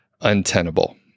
untenable